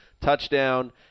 Touchdown